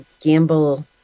gamble